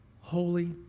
holy